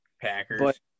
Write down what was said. Packers